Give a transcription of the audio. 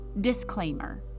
Disclaimer